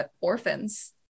orphans